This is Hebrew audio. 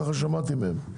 ככה שמעתי מהם.